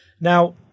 Now